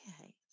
Okay